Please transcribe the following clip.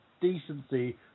decency